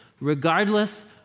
regardless